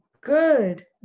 good